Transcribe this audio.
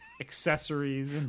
accessories